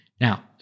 Now